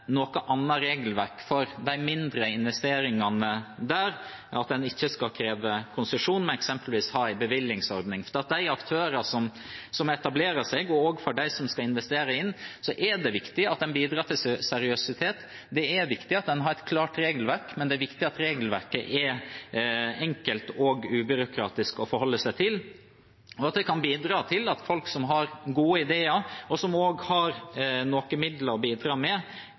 noe annet regelverk for de mindre investeringene, og at en ikke skal kreve konsesjon, men f.eks. ha en bevillingsordning. For de aktørene som etablerer seg, og for dem som skal investere, er det viktig at en bidrar til seriøsitet, og at en har et klart regelverk, men det er også viktig at regelverket er enkelt og ubyråkratisk å forholde seg til, slik at det kan bidra til at folk som har gode ideer, eller som har litt midler å bidra med,